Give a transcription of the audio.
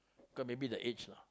cause maybe the age lah